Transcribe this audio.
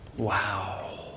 Wow